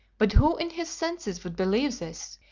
but who in his senses would believe this?